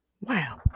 Wow